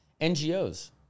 NGOs